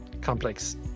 complex